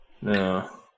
No